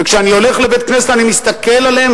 וכשאני הולך לבית-כנסת אני מסתכל עליהם,